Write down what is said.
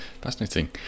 Fascinating